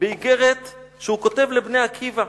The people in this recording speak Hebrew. באיגרת שהוא כותב ל"בני עקיבא".